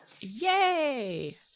Yay